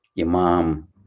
imam